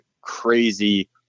crazy